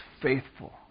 faithful